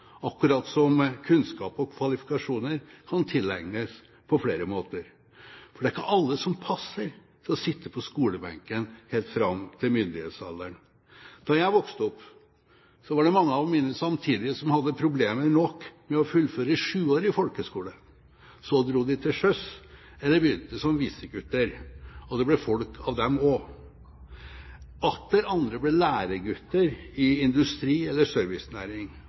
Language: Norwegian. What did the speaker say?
akkurat som kunnskap og kvalifikasjoner kan tilegnes på flere måter. For det er ikke alle som passer til å sitte på skolebenken helt fram til myndighetsalderen. Da jeg vokste opp, var det mange av mine samtidige som hadde problemer nok med å fullføre 7-årig folkeskole. Så dro de til sjøs, eller begynte som visergutter. Det ble folk av dem også! Atter andre ble læregutter i industri- eller servicenæring,